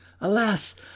Alas